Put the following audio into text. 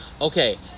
Okay